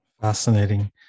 Fascinating